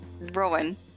Rowan